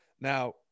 Now